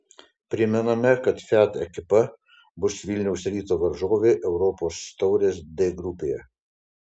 primename kad fiat ekipa bus vilniaus ryto varžovė europos taurės d grupėje